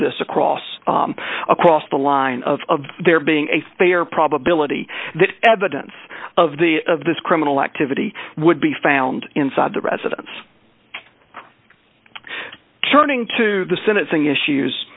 this across across the line of there being a fair probability that evidence of the of this criminal activity would be found inside the residence turning to the sentencing issues